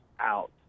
out